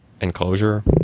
enclosure